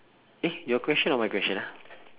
eh your question or my question ah